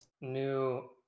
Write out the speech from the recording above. new